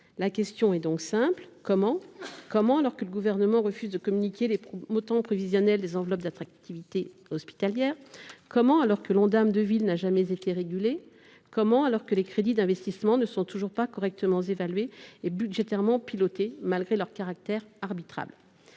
La question est donc simple : comment ? Comment, alors que le Gouvernement refuse de communiquer les montants prévisionnels des enveloppes d’attractivité hospitalière ? Comment, alors que l’Ondam de ville n’a jamais été régulé ? Comment, alors que les crédits d’investissement ne sont toujours pas correctement évalués ni budgétairement pilotés malgré leur caractère arbitrable ?